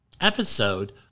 episode